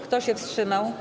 Kto się wstrzymał?